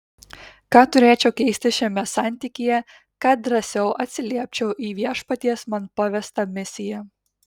ką turėčiau keisti šiame santykyje kad drąsiau atsiliepčiau į viešpaties man pavestą misiją